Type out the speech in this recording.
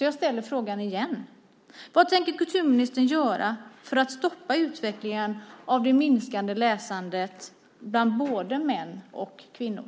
Jag ställer frågan igen: Vad tänker kulturministern göra för att stoppa utvecklingen med minskat läsande bland både män och kvinnor?